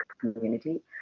community